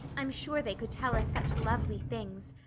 i'm sure they could tell us such lovely things.